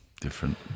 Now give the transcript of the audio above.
Different